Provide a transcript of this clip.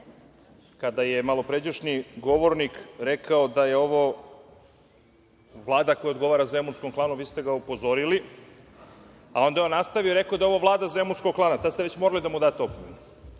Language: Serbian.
što je malopređašnji govornik rekao da je ovo Vlada koja odgovara zemunskom klanu, vi ste ga upozorili, a onda je on nastavio i rekao da je ovo Vlada zemunskog klana i tada ste već morali da mu date opomenu.